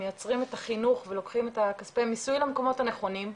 מייצרים את החינוך ולוקחים את כספי המיסוי למקומות הנכונים,